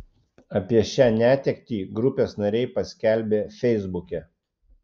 apie šią netektį grupės nariai paskelbė feisbuke